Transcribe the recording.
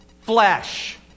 flesh